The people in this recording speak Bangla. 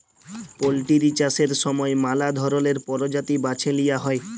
পলটিরি চাষের সময় ম্যালা ধরলের পরজাতি বাছে লিঁয়া হ্যয়